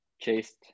chased